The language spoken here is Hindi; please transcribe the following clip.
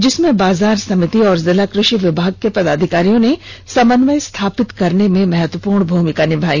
जिसमें बाजार समिति एवं जिला कृ षि विभाग के पदाधिकारियों ने समन्वय स्थापित करने में महत्वपूर्ण भूमिका निभाई